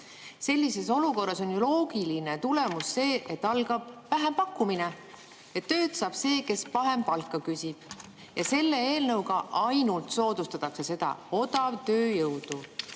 Sellises olukorras on ju loogiline tulemus see, et algab vähempakkumine. Tööd saab see, kes vähem palka küsib. Ja selle eelnõuga ainult soodustatakse odavtööjõu